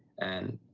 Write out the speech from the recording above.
and.